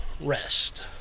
rest